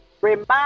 remind